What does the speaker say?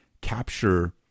capture